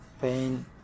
pain